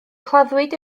claddwyd